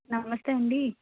నమస్తే అండీ